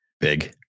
Big